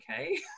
okay